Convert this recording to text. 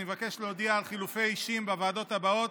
אני מבקש להודיע על חילופי אישים בוועדות הבאות,